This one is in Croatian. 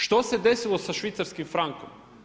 Što se desilo sa švicarskim frankom?